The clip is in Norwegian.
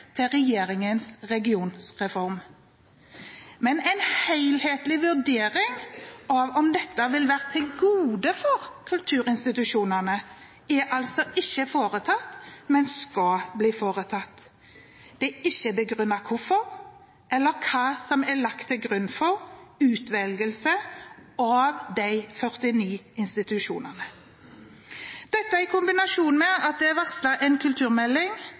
til regjeringens regionreform. En helhetlig vurdering av om dette vil være til gode for kulturinstitusjonene, er altså ikke foretatt, men skal bli foretatt. Det er ikke begrunnet hvorfor eller hva som er lagt til grunn for utvelgelsen av de 49 institusjonene. Dette i kombinasjon med at det er varslet en